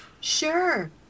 Sure